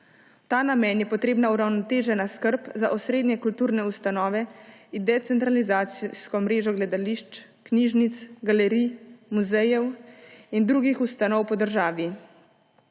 ta namen je potrebna uravnotežena skrb za osrednje kulturne ustanove in decentralizacijsko mrežo gledališč, knjižnic, galerij, muzejev in drugih ustanov po državi.